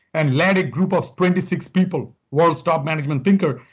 and led a group of twenty six people, world's top management thinker.